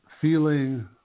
feeling